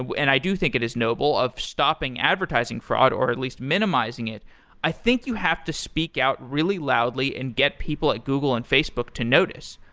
and i do think it is noble, of stopping advertising fraud or at least minimizing it i think you have to speak out really loudly and get people at google and facebook to notice.